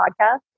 podcast